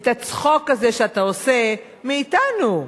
את הצחוק הזה שאתה עושה מאתנו,